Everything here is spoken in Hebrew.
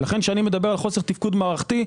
לכן כשאני מדבר על חוסר תפקוד מערכתי,